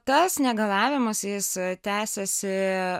tas negalavimas jis tęsėsi